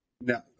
no